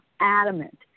adamant